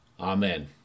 Amen